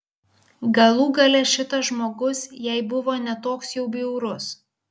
galų gale šitas žmogus jai buvo ne toks jau bjaurus